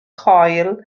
coil